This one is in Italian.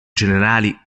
generali